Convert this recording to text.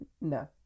No